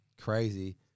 crazy